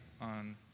on